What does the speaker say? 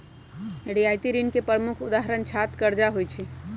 रियायती ऋण के प्रमुख उदाहरण छात्र करजा होइ छइ